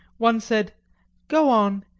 one said go on!